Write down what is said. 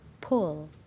pull